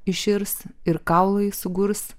iširs ir kaulai sugurs